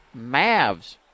Mavs